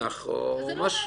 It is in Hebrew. שזה לא מעניין.